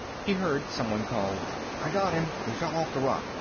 he heard someone call i got him. he fell off the rock.